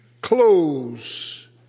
close